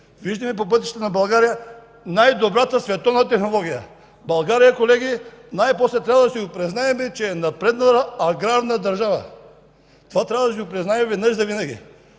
Виждаме по пътищата на България най-добрата световна технология. България, колеги, най-после трябва да си признаем, че е напреднала аграрна държава. Това трябва да си го признаем веднъж завинаги.